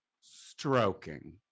stroking